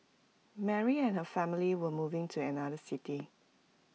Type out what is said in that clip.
Mary and her family were moving to another city